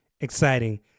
exciting